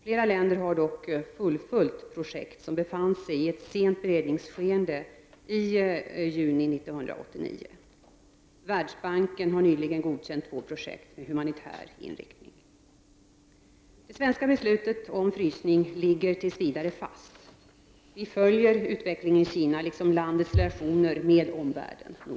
Flera länder har dock fullföjt projekt som befann sig i ett sent beredningsskeende i juni 1989. Världsbanken har nyligen godkänt två projekt med humanitär inriktning. Det svenska beslutet om frysning ligger tills vidare fast. Vi följer utvecklingen i Kina, liksom landets relationer med omvärlden, noga.